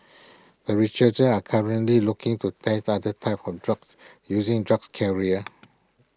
the researchers are currently looking to test other types of drugs using drugs carrier